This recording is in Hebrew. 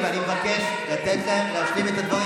תלכי.